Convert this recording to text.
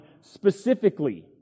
specifically